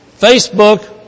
Facebook